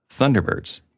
Thunderbirds